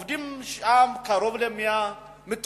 עובדים שם קרוב ל-100 איש,